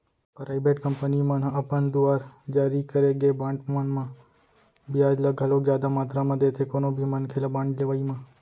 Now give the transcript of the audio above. private company मन ह अपन दुवार जारी करे गे बांड मन म बियाज ल घलोक जादा मातरा म देथे कोनो भी मनखे ल बांड लेवई म